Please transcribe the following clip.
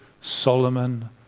Solomon